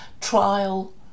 trial